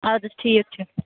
اَدٕ حظ ٹھیٖک چھُ